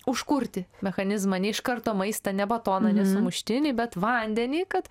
užkurti mechanizmą ne iš karto maistą ne batoną o ne sumuštinį bet vandenį kad